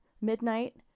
midnight